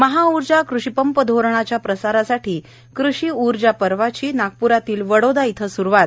महाऊर्जा कृषी पंप धोरणाच्या प्रसारासाठी कृषी ऊर्जा पर्वाची नागप्रात वडोदा इथं सुरूवात